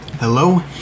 Hello